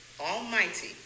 almighty